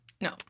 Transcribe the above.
no